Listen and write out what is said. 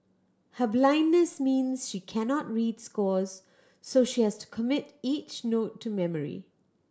her blindness means she cannot read scores so she has to commit each note to memory